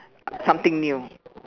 something new